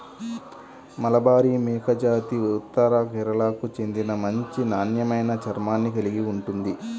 మలబారి మేకజాతి ఉత్తర కేరళకు చెందిన మంచి నాణ్యమైన చర్మాన్ని కలిగి ఉంటుంది